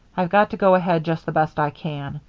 i've got to go ahead just the best i can.